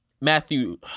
Matthew